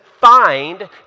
find